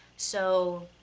so